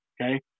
okay